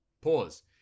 Pause